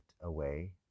away